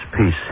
peace